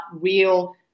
real